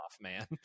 man